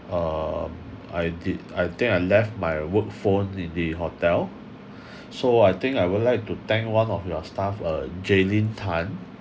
uh I did I think I left my work phone in the hotel so I think I would like to thank one of your staff uh jaylene Tan